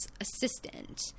assistant